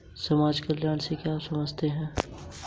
समाज कल्याण से आप क्या समझते हैं?